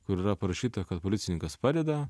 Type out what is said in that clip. kur yra parašyta kad policininkas padeda